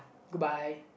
goodbye